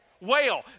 Whale